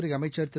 துறைஅமைச்சர் திரு